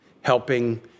helping